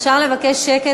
אפשר לבקש שקט?